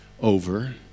over